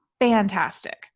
fantastic